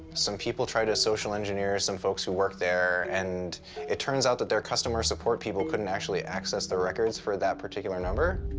some people tried to social engineer some folks who worked there. and it turns out that their customer support people couldn't actually access the records for that particular number.